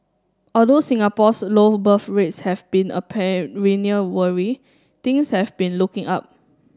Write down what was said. although Singapore's low birth rates have been a perennial worry things have been looking up